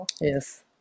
Yes